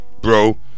Bro